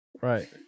Right